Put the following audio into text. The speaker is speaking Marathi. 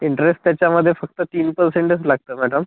इंटरेस्ट त्याच्यामध्ये फक्त तीन परसेंटच लागतो मॅडम